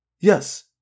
Yes